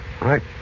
right